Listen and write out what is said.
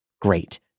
Great